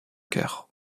chœur